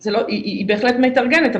היא בהחלט מתארגנת,